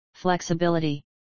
flexibility